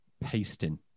pasting